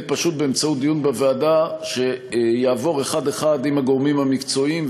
פשוט בדיון בוועדה שיעבור אחד-אחד עם הגורמים המקצועיים,